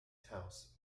house